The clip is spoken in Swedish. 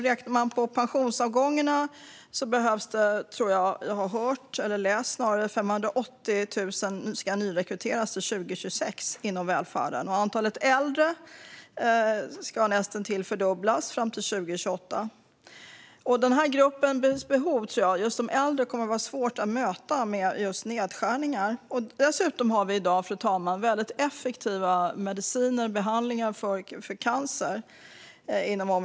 Räknar man på pensionsavgångarna behöver, tror jag att jag har läst, 580 000 nyrekryteras inom välfärden till 2026. Antalet äldre kommer att näst intill fördubblas fram till 2028. De äldres behov kommer, tror jag, att vara svåra att möta med nedskärningar. Dessutom har vi i dag, fru talman, väldigt effektiva mediciner och behandlingar mot cancer.